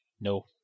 No